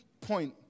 point